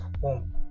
home